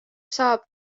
saab